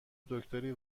دکتری